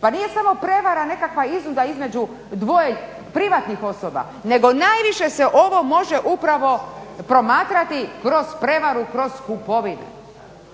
pa nije samo prevara nekakva iznuda između dvoje privatnih osoba nego najviše se ovo može upravo promatrati kroz prevaru kroz kupovinu.